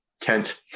tent